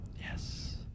Yes